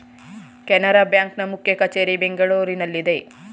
Canara bank ನ ಮುಖ್ಯ ಕಚೇರಿ ಬೆಂಗಳೂರಿನಲ್ಲಿದೆ